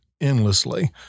endlessly